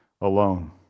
alone